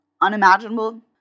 unimaginable